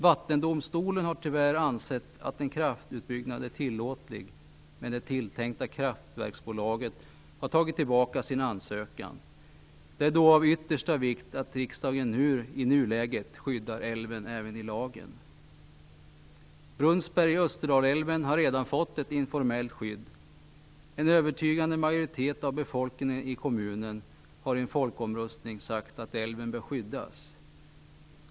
Vattendomstolen har tyvärr ansett att en kraftutbyggnad är tillåtlig, men det tilltänkta kraftverksbolaget har tagit tillbaka sin ansökan. Det är av yttersta vikt att riksdagen i nuläget skyddar älven även i lagen. Brunnsberg i Österdalälven har redan fått ett informellt skydd. En övertygande majoritet av befolkningen i kommunen har i en folkomröstning sagt att älven bör skyddas.